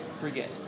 forget